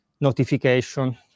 notification